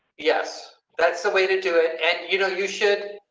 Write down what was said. yes, that's the way to do it and, you know, you should.